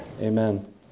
Amen